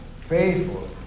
faithful